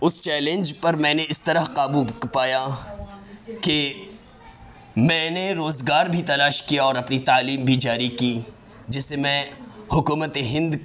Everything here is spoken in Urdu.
اس چیلنج پر میں نے اس طرح قابو پایا کہ میں نے روزگار بھی تلاش کیا اور اپنی تعلیم بھی جاری کی جس سے میں حکومت ہند